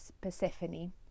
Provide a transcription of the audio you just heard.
Persephone